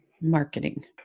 marketing